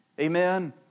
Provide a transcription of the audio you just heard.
Amen